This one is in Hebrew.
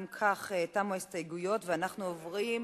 אם כך, תמו ההסתייגויות, ואנחנו עוברים